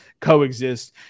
coexist